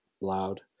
loud